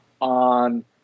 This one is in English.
on